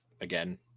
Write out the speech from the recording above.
again